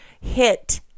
hit